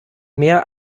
mehr